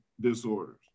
disorders